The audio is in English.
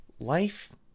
life